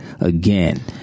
again